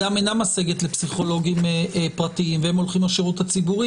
אני גם אומר לפרוטוקול: אין בזה שום הקרנה על מה אמרה הוועדה.